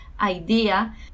idea